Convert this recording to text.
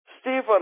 Stephen